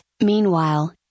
Meanwhile